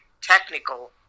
technical